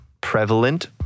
prevalent